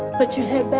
but you hit